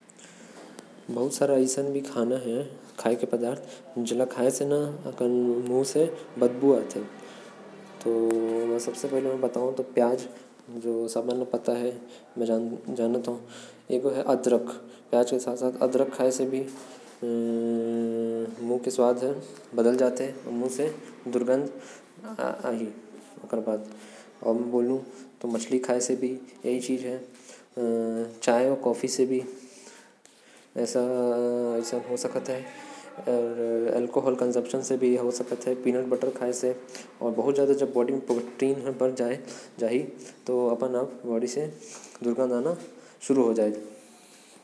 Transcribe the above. कुछ ऐसा पदार्थ भी होथे। जेके खाये के बाद मुँह हर महकथे। जैसे की प्याज, अदरक, मछली, पीनट बटर। चाय कॉफी अउ चिकन खाये। से कोइयो के मुंह महक सकत हवे।